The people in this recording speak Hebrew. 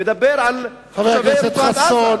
הוא מדבר על סובב רצועת-עזה.